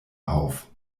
auf